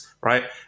right